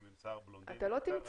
עם שיער בלונדיני אחרת --- אתה לא תמצא.